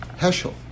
Heschel